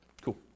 Cool